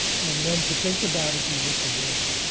and then to think about it, you look away.